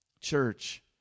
Church